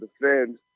defend